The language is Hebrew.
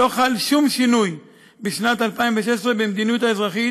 לא חל שום שינוי בשנת 2016 במדיניות האזרחית